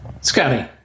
Scotty